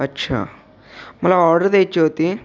अच्छा मला ऑर्डर द्यायची होती